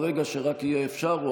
ברגע שרק יהיה אפשר.